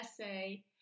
essay